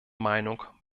meinung